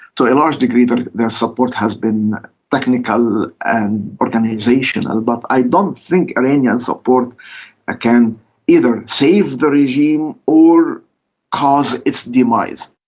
to a large degree, their support has been technical and organisational, but i don't think iranian support can either save the regime or cause its demise.